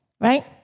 Right